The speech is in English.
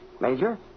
Major